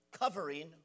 covering